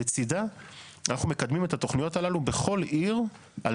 לצידה אנחנו מקדמים את התוכניות הללו בכל עיר על